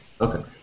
Okay